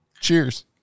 Cheers